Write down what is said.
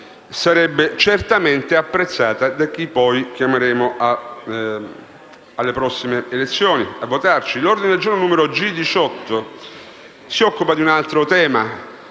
sarebbe certamente apprezzata da chi poi chiameremo a votarci alle prossime elezioni. L'ordine del giorno G18 si occupa di un altro tema.